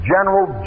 General